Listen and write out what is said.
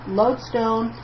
lodestone